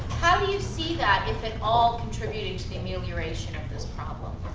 how do you see that, if at all, contributing to the amelioration of this problem?